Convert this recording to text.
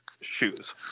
shoes